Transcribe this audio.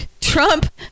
Trump